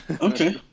Okay